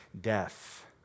death